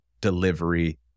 delivery